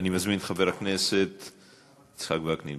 אני מזמין את חבר הכנסת יצחק וקנין.